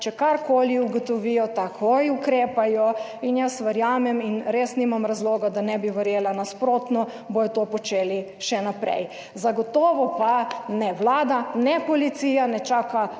Če karkoli ugotovijo takoj ukrepajo in jaz verjamem in res nimam razloga, da ne bi verjela nasprotno, bodo to počeli še naprej. Zagotovo pa ne vlada ne policija ne čaka